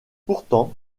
pourtant